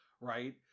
right